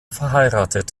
verheiratet